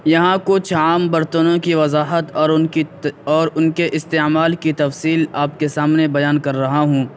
یہاں کچھ عام برتنوں کی وضاحت اور ان کی اور ان کے استعمال کی تفصیل آپ کے سامنے بیان کر رہا ہوں